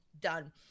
done